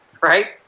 right